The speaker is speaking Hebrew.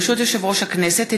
ברשות יושב-ראש הכנסת,